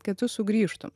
kad tu sugrįžtum